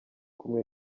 kumwe